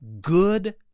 good